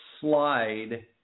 slide